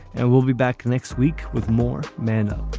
and we'll be back next week with more manna